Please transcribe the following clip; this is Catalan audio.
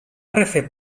refer